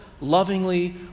lovingly